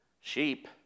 sheep